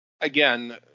Again